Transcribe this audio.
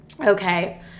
Okay